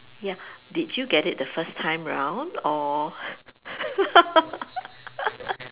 ya did you get it the first time round or